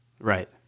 Right